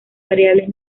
variables